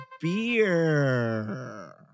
beer